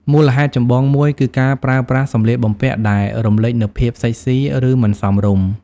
មូលហេតុចម្បងមួយគឺការប្រើប្រាស់សម្លៀកបំពាក់ដែលរំលេចនូវភាពសិចស៊ី ឬមិនសមរម្យ។